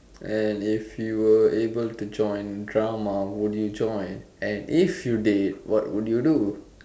and if you were able to join drama would you join and if you did what would you do